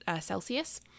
Celsius